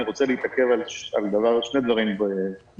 אני רוצה להתעכב על שני דברים בולטים.